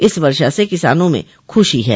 इस वर्षा से किसानों में खुशी है